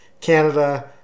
Canada